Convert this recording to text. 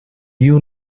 you